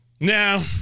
Now